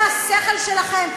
זה השכל שלכם?